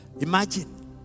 Imagine